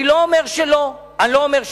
אני לא אומר שלא, אני לא אומר שכן.